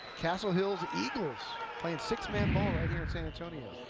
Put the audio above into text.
castle hills eagle playing six man ball here in san antonio.